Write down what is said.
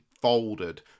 folded